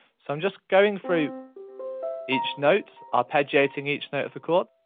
so i'm just going through each note, arpeggiating each note of the chord.